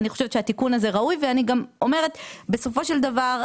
אני חושבת שהתיקון הזה ראוי ואני גם אומרת שבסופו של דבר,